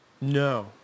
No